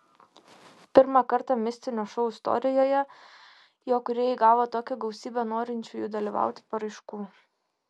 pirmą kartą mistinio šou istorijoje jo kūrėjai gavo tokią gausybę norinčiųjų dalyvauti paraiškų